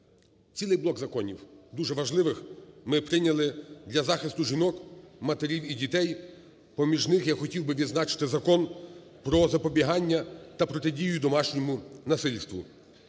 Цілий блок законів дуже важливих, ми прийняли для захисту жінок, матерів і дітей, поміж них я хотів би відзначити Закон про запобігання та протидію домашньому насильству.